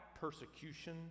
persecution